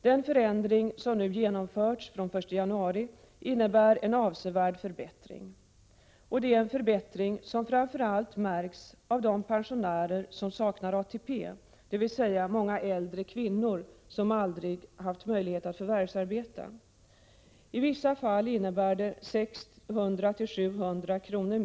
Den förändring som genomförts från den 1 januari i år innebär en avsevärd förbättring. Det är en förbättring som framför allt märks för de pensionärer som saknar ATP, dvs. många äldre kvinnor som aldrig fått möjlighet att förvärvsarbeta. I vissa fall innebär det 600-700 kr.